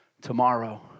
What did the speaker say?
tomorrow